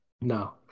No